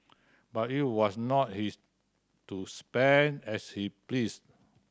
but it was not his to spend as he pleased